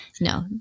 No